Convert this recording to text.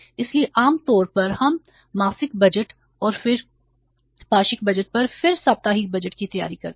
इसलिए आम तौर पर हम मासिक बजट और फिर पाक्षिक बजट और फिर साप्ताहिक बजट की तैयारी करते हैं